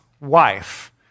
wife